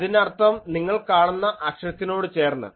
അതിനർത്ഥം നിങ്ങൾ കാണുന്ന അക്ഷത്തിനോട് ചേർന്ന്